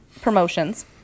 promotions